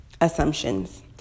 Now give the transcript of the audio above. assumptions